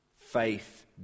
Faith